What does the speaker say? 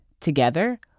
Together